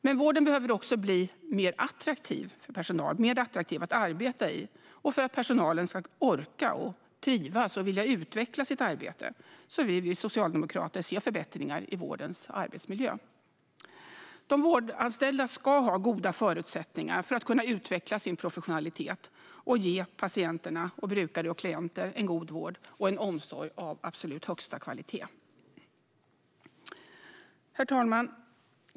Men vården behöver också bli mer attraktiv att arbeta i för att personalen ska orka, trivas och vilja utveckla sitt arbete. Vi socialdemokrater vill se förbättringar i vårdens arbetsmiljö. De vårdanställda ska ha goda förutsättningar för att kunna utveckla sin professionalitet och ge patienter, brukare och klienter en god vård och omsorg av absolut högsta kvalitet. Herr talman!